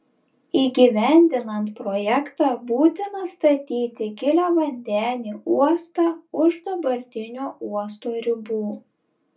įgyvendinant projektą būtina statyti giliavandenį uostą už dabartinio uosto ribų